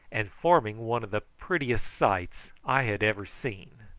and forming one of the prettiest sights i had ever seen.